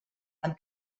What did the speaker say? amb